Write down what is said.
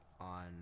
on